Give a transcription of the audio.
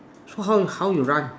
so how you how you run